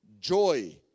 joy